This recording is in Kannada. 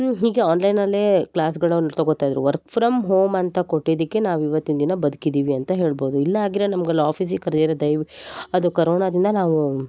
ಹೀಗೆ ಆನ್ಲೈನಲ್ಲೇ ಕ್ಲಾಸ್ಗಳನ್ನು ತಗೋತಾ ಇದ್ರು ವರ್ಕ್ ಫ್ರಮ್ ಹೋಮ್ ಅಂತ ಕೊಟ್ಟಿದಕ್ಕೆ ನಾವು ಇವತ್ತಿನ ದಿನ ಬದ್ಕಿದ್ದೀವಿ ಅಂತ ಹೇಳ್ಬೋದು ಇಲ್ಲ ಆಗಿದ್ರೆ ನಮ್ಗಲ್ಲಿ ಆಫೀಸಿಗೆ ಕರೆದಿದ್ರೆ ದಯ ಅದು ಕೊರೋನದಿಂದ ನಾವು